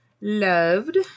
loved